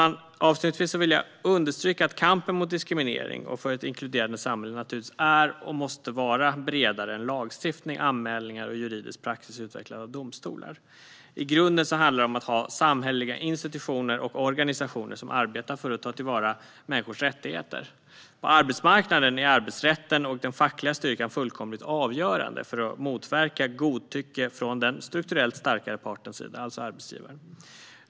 Jag vill avslutningsvis understryka att kampen mot diskriminering och för ett inkluderande samhälle naturligtvis är och måste vara bredare än lagstiftning, anmälningar och juridisk praxis utvecklad av domstolar. I grunden handlar det om att ha samhälleliga institutioner och organisationer som arbetar för att ta till vara människors rättigheter. På arbetsmarknaden är arbetsrätten och den fackliga styrkan fullkomligt avgörande för att motverka godtycke från den strukturellt starkare partens, alltså arbetsgivarens, sida.